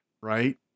Right